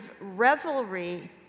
revelry